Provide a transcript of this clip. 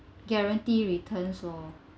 guaranteed returns or